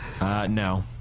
No